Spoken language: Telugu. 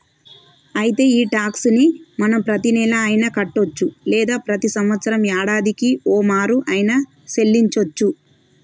అయితే ఈ టాక్స్ ని మనం ప్రతీనెల అయిన కట్టొచ్చు లేదా ప్రతి సంవత్సరం యాడాదికి ఓమారు ఆయిన సెల్లించోచ్చు